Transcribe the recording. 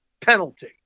penalty